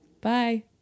Bye